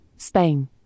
Spain